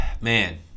man